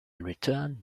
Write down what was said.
return